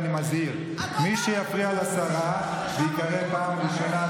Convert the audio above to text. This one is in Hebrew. ואני מזהיר: מי שיפריע לשרה וייקרא פעם ראשונה,